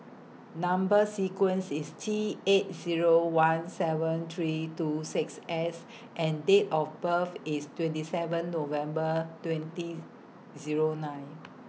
Number sequence IS T eight Zero one seven three two six S and Date of birth IS twenty seven November twenty Zero nine